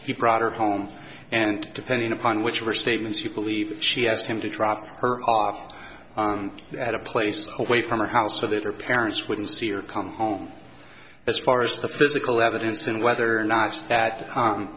he brought her home and depending upon which restatements you believe she asked him to drop her off at a place away from her house so that her parents wouldn't steer come home as far as the physical evidence and whether or not that